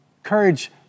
Courage